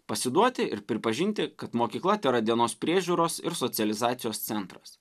pasiduoti ir pripažinti kad mokykla tėra dienos priežiūros ir socializacijos centras